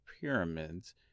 pyramids